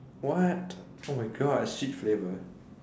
what oh my god shit flavour